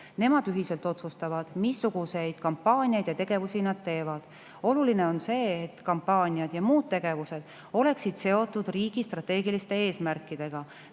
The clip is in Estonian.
Nemad ühiselt otsustavad, missuguseid kampaaniaid ja muid tegevusi nad teevad. Oluline on see, et kampaaniad ja muud tegevused oleksid seotud riigi strateegiliste eesmärkidega,